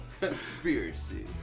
Conspiracy